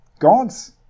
God's